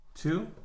two